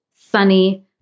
sunny